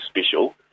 special